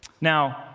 Now